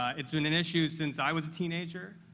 it's been an issue since i was a teenager,